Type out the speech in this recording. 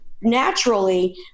naturally